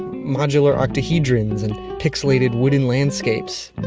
modular octahedrons and pixelated wooden landscapes,